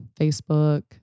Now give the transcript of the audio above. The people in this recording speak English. Facebook